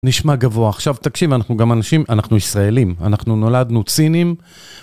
נשמע גבוה, עכשיו תקשיב, אנחנו גם אנשים, אנחנו ישראלים, אנחנו נולדנו ציניים.